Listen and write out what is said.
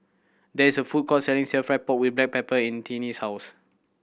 there is a food court selling Stir Fried Pork With Black Pepper in Tiny's house